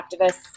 activists